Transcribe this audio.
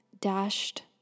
dashed